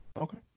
Okay